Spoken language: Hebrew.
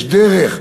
יש דרך,